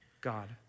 God